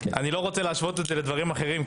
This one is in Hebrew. אני לא רוצה להשוות את זה לדברים אחרים,